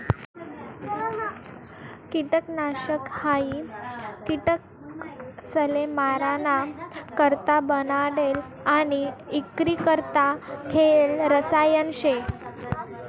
किटकनाशक हायी किटकसले माराणा करता बनाडेल आणि इक्रीकरता ठेयेल रसायन शे